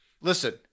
Listen